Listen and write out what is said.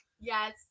yes